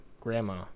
Grandma